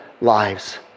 lives